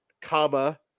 comma